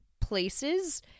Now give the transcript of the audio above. places